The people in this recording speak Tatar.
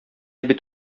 бит